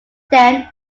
then